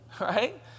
right